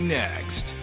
next